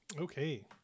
Okay